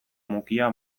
mukia